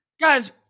Guys